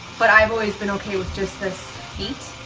but i've always been okay with just this heat.